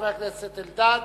חבר הכנסת אלדד,